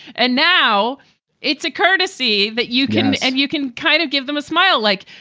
and now it's a courtesy that you can and you can kind of give them a smile like,